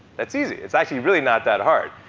that's easy. it's actually really not that hard.